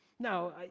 Now